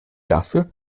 dafür